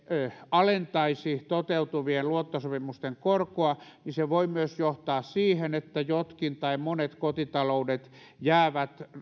alentaisi toteutuvien luottosopimusten korkoa voi myös johtaa siihen että jotkin tai monet kotitaloudet jäävät